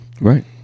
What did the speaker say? Right